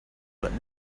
but